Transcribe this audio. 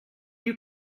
you